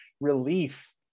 relief